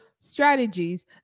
strategies